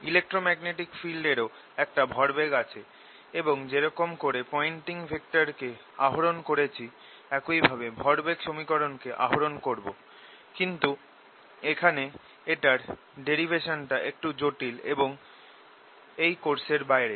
electromagnetic field এরও একটা ভরবেগ আছে এবং যেরকম করে পয়েন্টিং ভেক্টর কে আহরণ করেছি একই ভাবে ভরবেগ সমীকরণকে আহরণ করব কিন্তু এখানে এটার ডেরিভেশন টা একটু জটিল এবং এই কোর্সের বাইরে